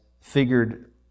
figured